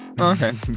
Okay